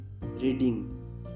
reading